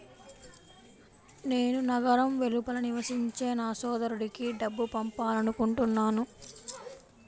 నేను నగరం వెలుపల నివసించే నా సోదరుడికి డబ్బు పంపాలనుకుంటున్నాను